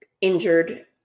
injured